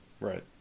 Right